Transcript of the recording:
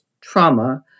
trauma